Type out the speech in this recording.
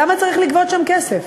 למה צריך לגבות שם כסף?